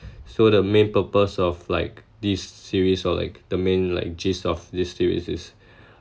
so the main purpose of like this series or like the main like gist of this series is